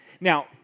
Now